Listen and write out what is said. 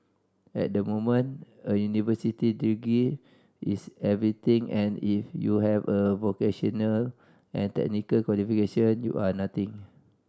at the moment a university degree is everything and if you have a vocational and technical qualification you are nothing